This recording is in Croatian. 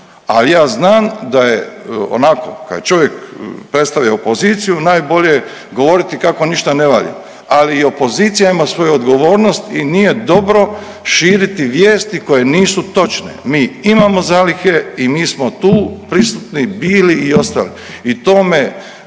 ali ja znam da je onako kad je čovjek predstavio opoziciju najbolje govoriti kako ništa ne valja. Ali i opozicija ima svoju odgovornost i nije dobro širiti vijesti koje nisu točne. Mi imamo zalihe i mi smo tu prisutni bili i ostali